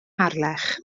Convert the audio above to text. harlech